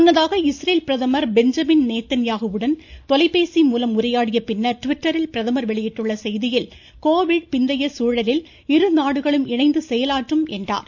முன்னதாக இஸ்ரேல் பிரதமர் பெஞ்சமின் நேத்தன்யாஹுவுடன் தொலைபேசி மூலம் உரையாடிய பின்னர் டிவிட்டரில் பிரதமர் வெளியிட்டுள்ள செய்தியில் கோவிட் பிந்தய சூழலில் இரு நாடுகளும் இணைந்து செயலாற்றும் என்றார்